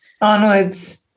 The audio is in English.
onwards